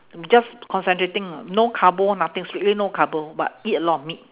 just concentrating no carbo nothing strictly no carbo but eat a lot of meat